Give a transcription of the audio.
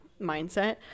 mindset